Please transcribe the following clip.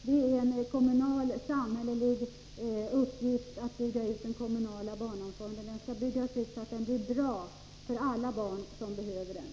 Det är en kommunal och samhällelig uppgift att bygga ut den kommunala barnomsorgen, och den skall byggas ut så att den blir bra för alla barn som behöver den.